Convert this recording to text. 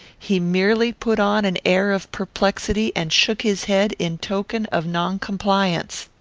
he merely put on an air of perplexity and shook his head in token of non-compliance.